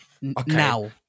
Now